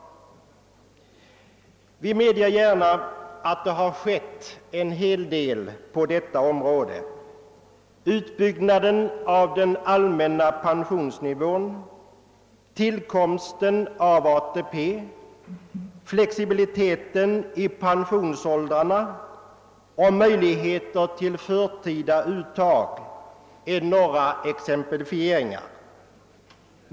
Vi medger gärna att det har skett en hel del på detta område. Utbyggnaden av den allmänna pensionsnivån, tillkomsten av ATP, flexibiliteten i pensionsåldrarna och möjligheter till förtida uttag är några exempel.